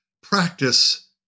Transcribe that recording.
practice